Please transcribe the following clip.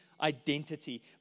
identity